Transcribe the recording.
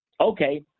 Okay